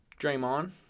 Draymond